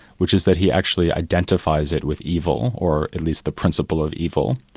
which is that he actually identifies it with evil, or at least the principle of evil,